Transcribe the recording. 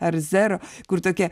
ar zero kur tokia